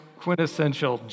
quintessential